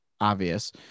obvious